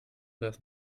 does